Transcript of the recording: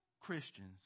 Christians